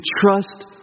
trust